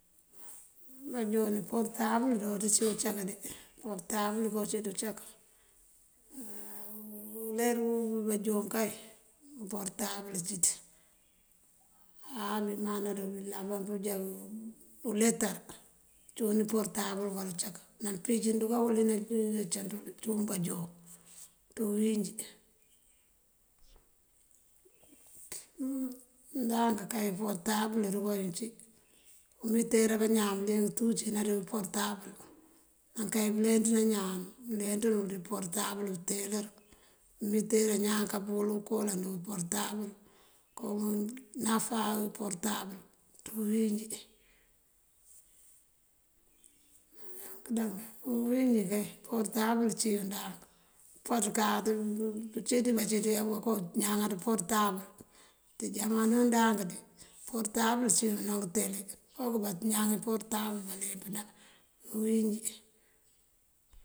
Bajon iportabël dooţ cí ucak de, iportabël iko cíţ ucak. Uler bajon kay iportabël cíţ. Áa diman áa dulaban pëjá uletar cúun iportabël bukal ucak nampicí anduka weli acënţul cúun bajon ţí uwínjí. Ndank kay iportabël duka yuŋ cí ngëmitera bañaan bëliyëng tú cína dí uportabël. Nanká yí pëleenţ ná ñaan nëleenţ nul dí uportabël bëteeyëlër, umitera ñaan kapëwëlu koolan dí uportabël. Kon náfá uportabël ţí uwín njí. Yank daŋ ţí uwín njí kay iportabël cí yuŋ ndank upaţ káaţ pëcí ţí bací ţí abako naŋar portable. Ţí jamano ndank dí iportabël cí yuŋ ná ngëtele fok bañaŋan iportabël baleempëna ţí uwínjí.